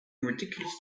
ridiculous